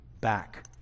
back